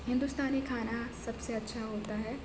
ہندوستانی کھانا سب سے اچھا ہوتا ہے